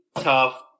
tough